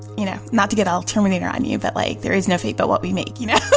you know, not to get all terminator on you, but, like, there is no fate but what we make, you know?